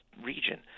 region